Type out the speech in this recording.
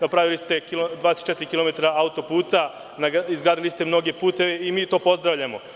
Napravili ste 24 kilometra auto-puta, izgradili ste mnoge puteve i mi to pozdravljamo.